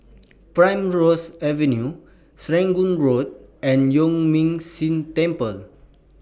Primrose Avenue Serangoon Road and Yuan Ming Si Temple